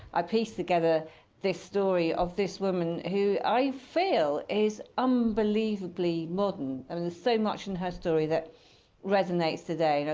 i pieced together this story of this woman who, i feel, is unbelievably modern. i mean there's so much in her story that resonates today. you know